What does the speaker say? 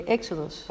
Exodus